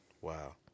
Wow